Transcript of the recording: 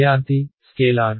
విద్యార్థి స్కేలార్